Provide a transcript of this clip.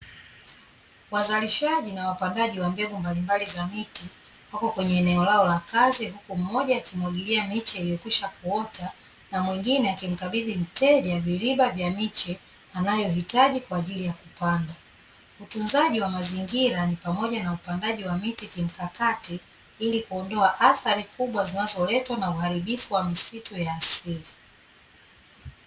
Wazalishaji na wapandaji wa mbegu mbalimbali za miti wako kwenye eneo lao la kazi, huku mmoja akimwagilia miche iliyokwisha kuota na mwingine akimkabidhi mteja viriba vya miche anayohitaji kwa ajili ya kupanda. Utunzaji wa mazingira ni pamoja na upandaji wa miti kimkakati ili kuondoa athari kubwa zinazoletwa na uharibifu ya msitu wa asili.